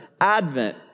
advent